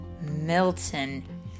Milton